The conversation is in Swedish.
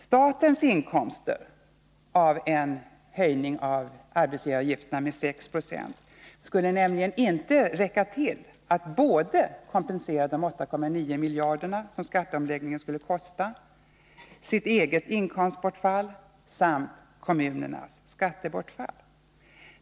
Statens inkomster av en höjning av arbetsgivaravgifterna med 6 90 skulle nämligen inte räcka till för att kompensera både de 8,9 miljarderna — som skatteomläggningen skulle kosta —, sitt eget inkomstbortfall och kommunernas skattebortfall.